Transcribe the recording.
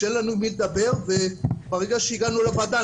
שאין לנו עם מי לדבר וברגע שהגענו לוועדה,